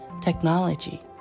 technology